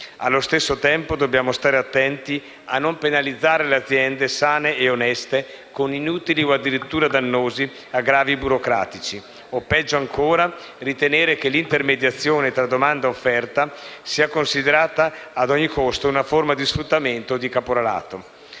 Allo stesso tempo, dobbiamo stare attenti a non penalizzare le aziende sane e oneste con inutili o addirittura dannosi aggravi burocratici o - peggio ancora - ritenere che l'intermediazione tra domanda e offerta sia considerata a ogni costo una forma di sfruttamento di caporalato.